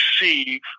receive